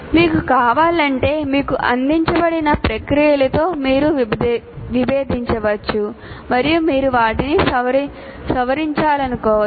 మీకు కావాలంటే మీకు అందించబడిన ప్రక్రియలతో మీరు విభేదించవచ్చు మరియు మీరు వాటిని సవరించాలనుకోవచ్చు